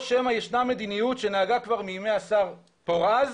או שמא ישנה מדיניות שנהגה כבר מימי השר פורז,